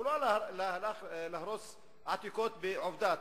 הוא לא הלך להרוס עתיקות בעבדת,